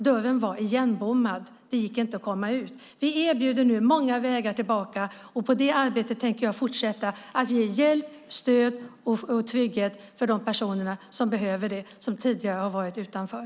Dörren var igenbommad. Vi erbjuder nu många vägar tillbaka. Jag tänker fortsätta detta arbete och ge hjälp, stöd och trygghet för de personer som behöver det och som tidigare har varit utanför.